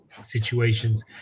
situations